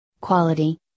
Quality